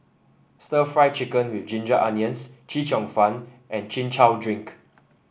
Stir Fried Chicken with Ginger Onions Chee Cheong Fun and Chin Chow Drink